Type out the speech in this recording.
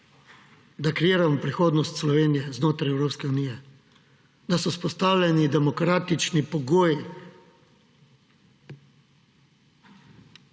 da kreiramo prihodnost Slovenije znotraj Evropske unije, da so vzpostavljeni demokratični pogoji.